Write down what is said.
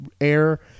air